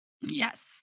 Yes